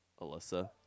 Alyssa